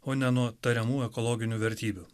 o ne nuo tariamų ekologinių vertybių